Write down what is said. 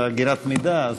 טוב,